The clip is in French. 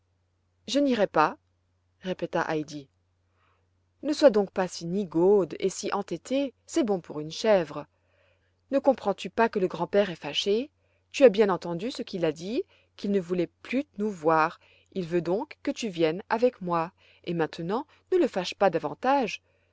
je n'irai pas répéta heidi ne sois donc pas si nigaude et si entêtée c'est bon pour une chèvre ne comprends-tu pas que le grand-père est fâché tu as bien entendu ce qu'il a dit qu'il ne voulait plus nous voir il veut donc que tu viennes avec moi et maintenant ne le fâche pas davantage